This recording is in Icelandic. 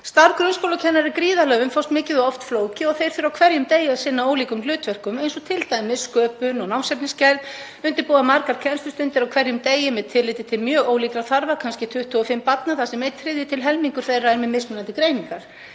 Starf grunnskólakennara er gríðarlega umfangsmikið og oft flókið. Þeir þurfa á hverjum degi að sinna ólíkum hlutverkum, eins og t.d. sköpun og námsefnisgerð, undirbúa margar kennslustundir á hverjum degi með tilliti til mjög ólíkra þarfa, kannski 25 barna þar sem einn þriðji til helmingur þeirra er með mismunandi greiningar,